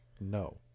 no